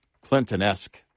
clinton-esque